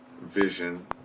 vision